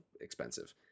expensive